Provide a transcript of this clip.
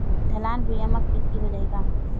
ढलान भुइयां म खेती हो जाही का?